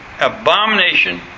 abomination